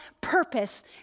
purpose